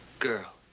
girl.